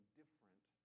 different